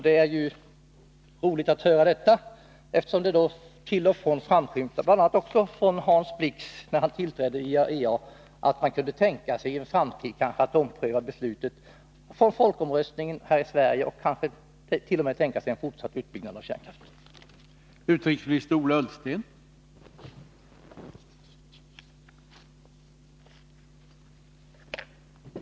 Det är roligt att höra det, eftersom det till och från framskymtat — bl.a. från Hans Blix vid hans tillträde som chef för IAEA -— att man kan tänka sig att i en framtid ompröva beslutet från folkomröstningen och att man kanske t.o.m. kan tänka sig en fortsatt utbyggnad av kärnkraften i Sverige.